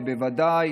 ובוודאי